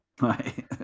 Right